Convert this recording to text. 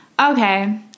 Okay